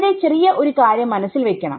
ഇവിടെ ചെറിയ ഒരു കാര്യം മനസ്സിൽ വെക്കണം